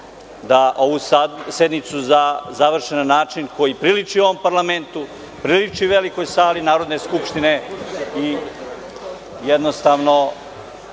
da ovu sednicu završe na način koji priliči ovom parlamentu, priliči velikoj sali Narodne skupštine i, jednostavno,